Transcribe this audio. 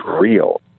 real